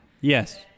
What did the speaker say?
Yes